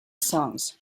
songs